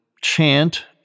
chant